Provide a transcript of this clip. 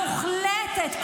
מוחלטת,